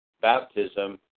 baptism